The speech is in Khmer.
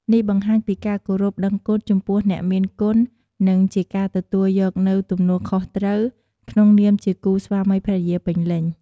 នេះបង្ហាញពីការគោរពដឹងគុណចំពោះអ្នកមានគុណ និងជាការទទួលយកនូវទំនួលខុសត្រូវក្នុងនាមជាគូស្វាមីភរិយាពេញលេញ។